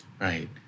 Right